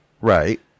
Right